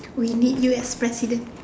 we need you as president